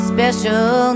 Special